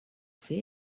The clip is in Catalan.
fer